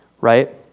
right